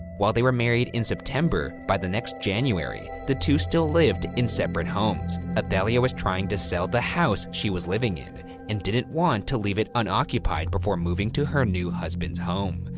while they were married in september, by the next january, the two still lived in separate homes. athalia was trying to sell the house she was living in and didn't want to leave it unoccupied before moving to her new husband's home.